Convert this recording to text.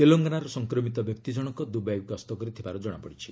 ତେଲଙ୍ଗନାର ସଂକ୍ରମିତ ବ୍ୟକ୍ତି ଜଣଙ୍କ ଦୁବାଇ ଗସ୍ତ କରିଥିବାର ଜଣାପଡ଼ିଛି